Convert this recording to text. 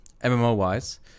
MMO-wise